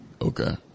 Okay